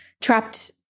trapped